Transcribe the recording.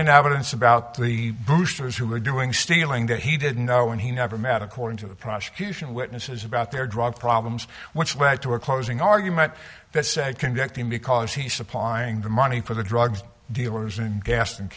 in evidence about the boosters who were doing stealing that he didn't know and he never met according to the prosecution witnesses about their drug problems which led to a closing argument that said convict him because he supplying the money for the drug dealers and gas